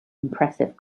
impressive